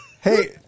hey